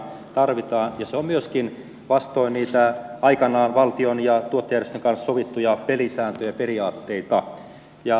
se on myöskin vastoin niitä aikanaan valtion ja tuottajajärjestöjen kanssa sovittuja pelisääntöjä ja periaatteita